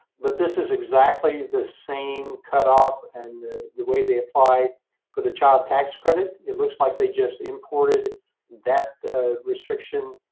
but this is exactly the same cutoff and the way they apply for the child tax credit. it looks like they just imported that restriction